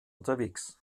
unterwegs